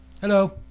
Hello